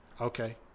Okay